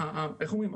איך אומרים?